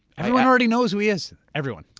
everyone already knows who he is. everyone.